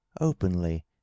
openly